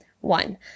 One